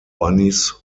bunnies